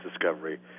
discovery